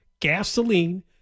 gasoline